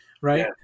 right